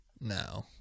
no